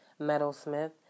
metalsmith